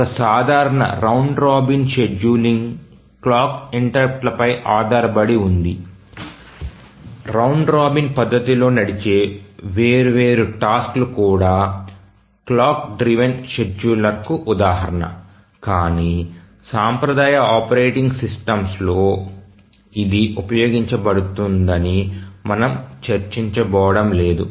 ఒక సాధారణ round robin scheduling clock ఇంటెర్రుప్ట్ల పై ఆధారపడి ఉంది రౌండ్ రాబిన్ పద్ధతిలో నడిచే వేర్వేరు టాస్క్ లు కూడా క్లాక్ డ్రివెన్ షెడ్యూలర్కు ఉదాహరణ కానీ సాంప్రదాయ ఆపరేటింగ్ సిస్టమ్స్లో ఇది ఉపయోగించబడుతుందని మనము చర్చించబోవడం లేదు